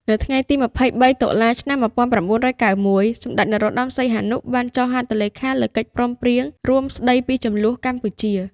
នៅថ្ងៃទី២៣ តុលា ១៩៩១ សម្តេច នរោត្តម សីហនុ បានចុះហត្ថលេខាលើកិច្ចព្រមព្រៀងរួមស្តីពីជម្លោះកម្ពុជា។